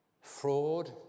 fraud